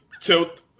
tilt